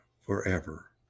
forever